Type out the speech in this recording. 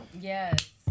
Yes